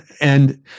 and-